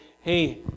Hey